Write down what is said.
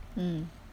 mm